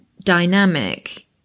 dynamic